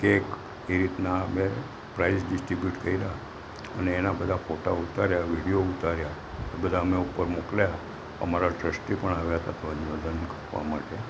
cake એ રીતના અમે પ્રાઇઝ ડિસ્ટ્રીબ્યુટ કર્યા અને એના બધા ફોટા ઉતાર્યા વિડીયો ઉતાર્યા એ બધા અમે ઉપર મોકલ્યા અમારા ટ્રસ્ટી પણ આવ્યા હતા ધ્વજવંદન આપવા માટે